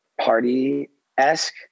party-esque